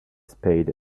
spade